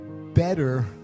better